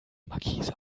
markise